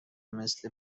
مثل